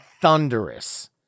thunderous